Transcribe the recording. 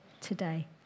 today